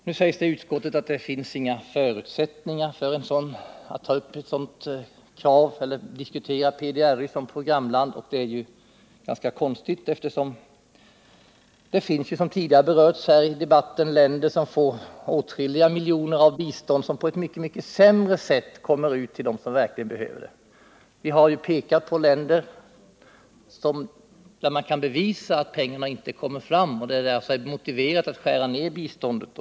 Nu säger utskottet att det inte finns några förutsättningar för att diskutera PDRY som programland, och det är ganska konstigt, eftersom det — det har tidigare berörts i debatten — finns länder som får åtskilliga miljoner i bistånd, vilka på ett mycket sämre sätt kommer ut till dem som verkligen behöver hjälp. Vi har pekat på länder där man kan bevisa att pengarna inte kommer fram och där det därför är motiverat att skära ner biståndet.